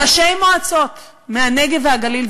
ראשי מועצות מהנגב והגליל,